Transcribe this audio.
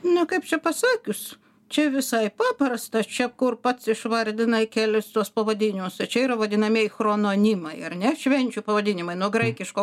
na kaip čia pasakius čia visai paprasta čia kur pats išvardinai kelis tuos pavadinimus o čia yra vadinamieji chrononimai ar ne švenčių pavadinimai nuo graikiško